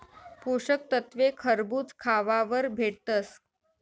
पोषक तत्वे खरबूज खावावर भेटतस